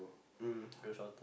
mm Grab-Shuttle